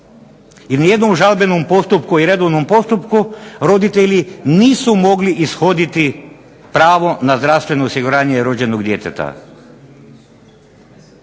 I ni jednom žalbenom postupku i redovnom postupku roditelji nisu mogli ishoditi pravo na zdravstveno osiguranje rođenog djeteta.